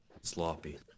Sloppy